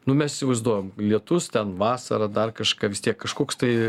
nu mes įsivaizduojam lietus ten vasara dar kažką vis tiek kažkoks tai